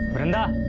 and